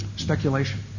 speculation